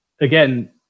again